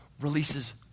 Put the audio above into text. releases